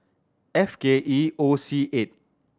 F K E O C eight